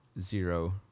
zero